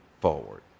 forward